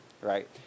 right